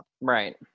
right